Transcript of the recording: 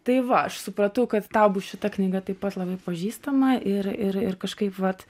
tai va aš supratau kad tau bus šita knyga taip pat labai pažįstama ir ir ir kažkaip vat